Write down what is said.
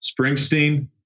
Springsteen